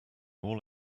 all